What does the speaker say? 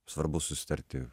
svarbu susitarti